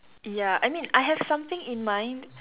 ya I mean I have something in mind